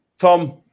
tom